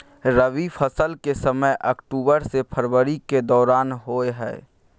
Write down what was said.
रबी फसल के समय अक्टूबर से फरवरी के दौरान होय हय